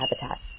habitat